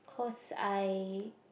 cause I